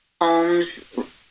homes